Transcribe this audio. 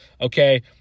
Okay